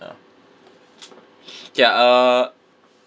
ya okay lah uh